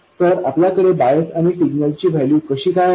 तर आपल्याकडे बायस आणि सिग्नलचे ची व्हॅल्यू कशी काय आहे